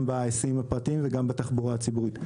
גם בהיסעים הפרטיים וגם בתחבורה הציבורית.